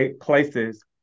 places